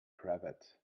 cravat